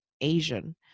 Asian